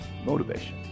motivation